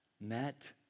met